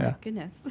goodness